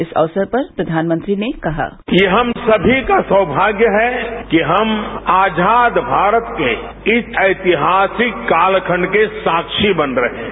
इस अवसर पर प्रधानमंत्री ने कहा ये हम सभी का सौभाग्य है कि हम आजाद भारत के इस एतिहासिक कालखण्ड के शाक्षी बन रहे हैं